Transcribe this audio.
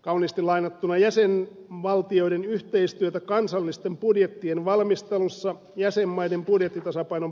kauniisti sanottuna jäsenvaltioiden yhteistyötä kansallisten budjettien valmistelussa jäsenmaiden budjettitasapainon parantamiseksi